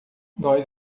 nós